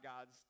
God's